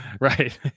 right